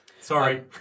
Sorry